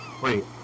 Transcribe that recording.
Wait